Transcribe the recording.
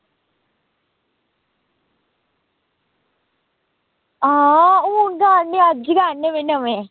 हून गै आह्नेआ अज्ज गै आह्ने नमें